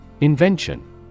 Invention